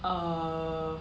err